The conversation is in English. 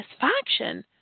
satisfaction